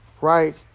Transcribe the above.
right